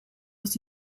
was